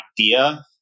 idea